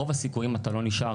רוב הסיכויים שאתה לא נישאר.